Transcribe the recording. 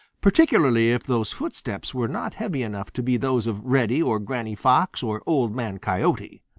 particularly if those footsteps were not heavy enough to be those of reddy or granny fox or old man coyote.